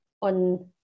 on